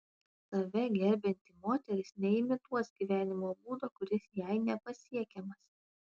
save gerbianti moteris neimituos gyvenimo būdo kuris jai nepasiekiamas